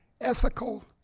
ethical